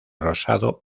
rosado